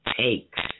takes